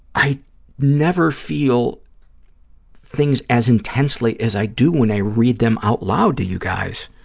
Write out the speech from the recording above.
i never feel things as intensely as i do when i read them out loud to you guys.